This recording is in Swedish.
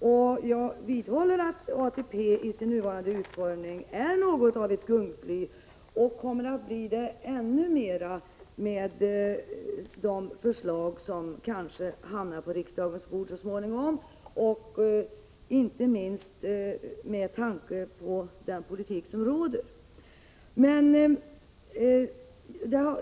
och jag vidhåller att ATP i sin nuvarande utformning är något av ett gungfly och kommer att bli det ännu mer med de förslag som kanske hamnar på riksdagens bord så småningom och inte minst med tanke på den politik som råder.